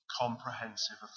comprehensive